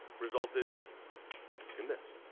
resulted in this.